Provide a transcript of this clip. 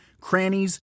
crannies